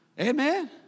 Amen